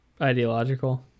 ideological